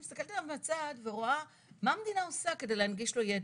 אני מסתכלת עליו מהצד ורואה מה המדינה עושה כדי להנגיש לו ידע.